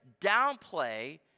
downplay